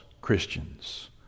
Christians